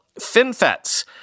FinFETs